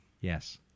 Yes